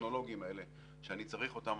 הטכנולוגים האלה שאני צריך אותם